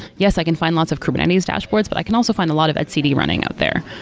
yes, i can find lots of kubernetes dashboards, but i can also find a lot of etcd running out there.